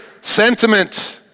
sentiment